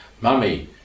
Mummy